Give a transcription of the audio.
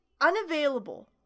unavailable